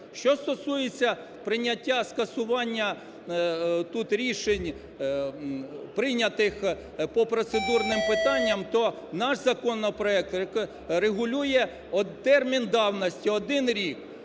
Що стосується прийняття скасування тут рішень, прийнятих по процедурним питанням, то наш законопроект регулює от термін давності – рік.